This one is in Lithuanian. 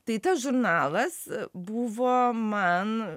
tai tas žurnalas buvo man